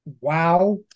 wow